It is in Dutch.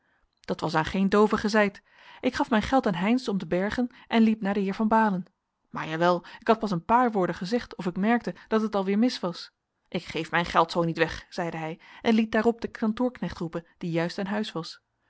dat was aan geen doove gezeid ik gaf mijn geld aan heynsz om te bergen en liep naar den heer van baalen maar jawel ik had pas een paar woorden gezegd of ik merkte dat het alweer mis was ik geef mijn geld zoo niet weg zeide hij en liet daarop den kantoorknecht roepen die juist aan huis was